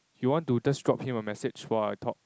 you want to just drop him a message while I talk